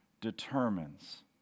determines